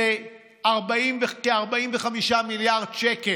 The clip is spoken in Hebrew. היקף ההסכמים האלה כ-45 מיליארד שקל,